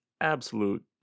absolute